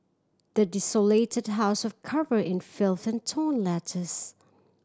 the desolated house was covered in filth and torn letters